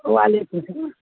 وعلیکم سلام